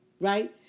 right